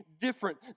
different